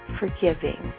forgiving